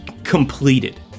Completed